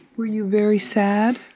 were you very sad?